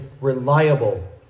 reliable